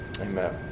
amen